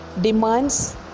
demands